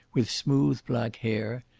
with smooth, black hair.